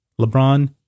LeBron